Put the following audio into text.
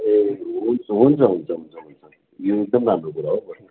ए हुन्छ हुन्छ हुन्छ हुन्छ यो एकदम राम्रो कुरा हो